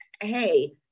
hey